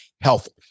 helpful